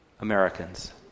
Americans